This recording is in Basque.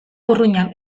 urruñan